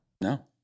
No